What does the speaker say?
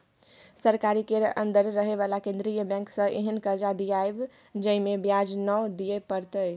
सरकारी केर अंदर रहे बला केंद्रीय बैंक सँ एहेन कर्जा दियाएब जाहिमे ब्याज नै दिए परतै